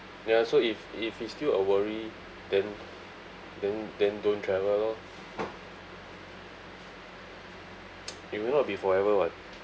ya so if if it's still a worry then then then don't travel lor it will not be forever [what]